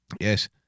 Yes